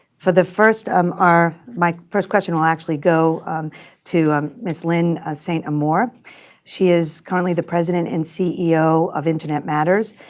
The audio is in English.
for the first um our my first question will actually go to um ms. lynn ah st. amour. she is currently the president and ceo of internet matters.